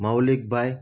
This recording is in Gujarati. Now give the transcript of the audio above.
મૌલીક ભાઈ